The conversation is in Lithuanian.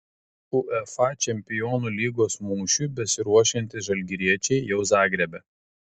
uefa čempionų lygos mūšiui besiruošiantys žalgiriečiai jau zagrebe